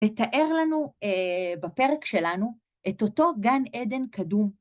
ותאר לנו בפרק שלנו את אותו גן עדן קדום.